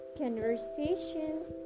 conversations